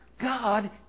God